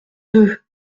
deux